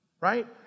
Right